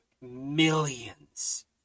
millions